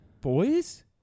Boys